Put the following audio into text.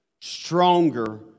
stronger